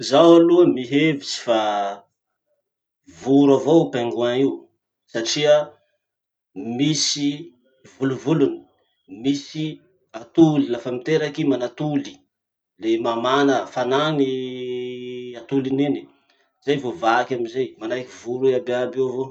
Zaho aloha mihevitsy fa voro avao pingouins satria misy volovolony, misy atoly lafa miteraky i manatoly, le mamana. Fanany atoliny iny, zay vo vaky amizay. Manahiky voro iaby iaby io avao.